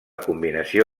combinació